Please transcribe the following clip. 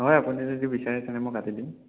হয় আপুনি যদি বিচাৰে তেনে মই কাটি দিম